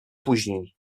później